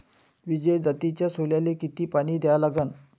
विजय जातीच्या सोल्याले किती पानी द्या लागन?